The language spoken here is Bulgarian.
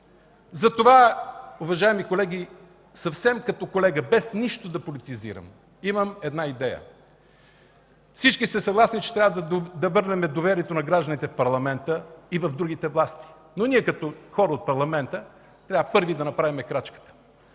затова, уважаеми колеги, съвсем като колега, без нищо да политизирам, имам една идея. Всички сте съгласни, че трябва да върнем доверието на гражданите в Парламента и в другите власти, но ние като хора от Парламента, трябва първи да направим крачката.